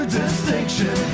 distinction